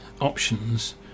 options